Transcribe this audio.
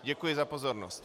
Děkuji za pozornost.